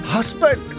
Husband